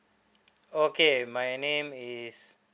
okay my name is